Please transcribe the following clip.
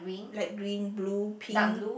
light green blue pink